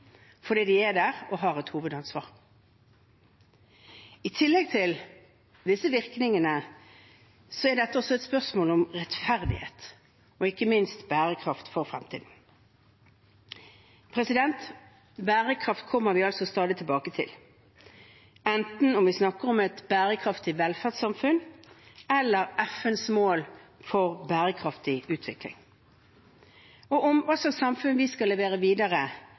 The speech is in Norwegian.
fordi de er der og har et hovedansvar. I tillegg til disse virkningene er dette også et spørsmål om rettferdighet og ikke minst bærekraft for fremtiden. Bærekraft kommer vi stadig tilbake til, enten vi snakker om et bærekraftig velferdssamfunn eller FNs mål for bærekraftig utvikling eller hva slags samfunn vi skal levere videre